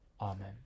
Amen